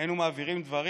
היינו מעבירים דברים.